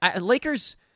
Lakers